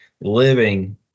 living